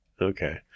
Okay